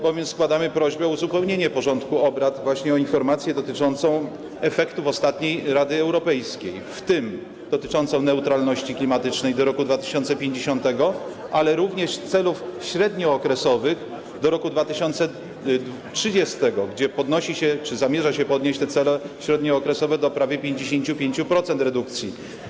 Bo my składamy prośbę o uzupełnienie porządku obrad właśnie o informację dotyczącą efektów ostatniej Rady Europejskiej, w tym dotyczącą neutralności klimatycznej do roku 2050, ale również celów średniookresowych do roku 2030, gdzie podnosi się, czy zamierza się podnieść, te cele średniookresowe do prawie 55% redukcji.